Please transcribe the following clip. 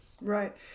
right